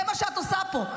זה מה שאת עושה פה.